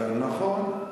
נכון.